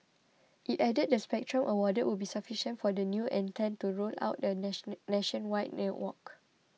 it added the spectrum awarded would be sufficient for the new entrant to roll out a nationwide network